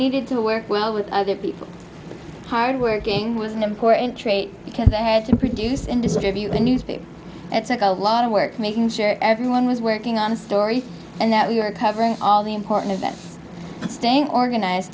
needed to work well with other people hard working was an important trait because i had to produce and distribute the newspaper that's like a lot of work making sure everyone was working on a story and that we were covering all the important events and staying organized